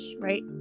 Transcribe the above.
right